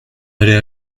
d’aller